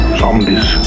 zombies